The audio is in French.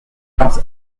carmes